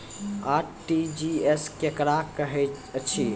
RTGS केकरा कहैत अछि?